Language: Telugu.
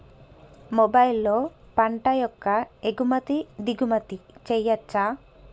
మొబైల్లో పంట యొక్క ఎగుమతి దిగుమతి చెయ్యచ్చా?